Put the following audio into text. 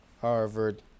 harvard